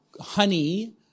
honey